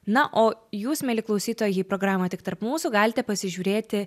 na o jūs mieli klausytojai programą tik tarp mūsų galite pasižiūrėti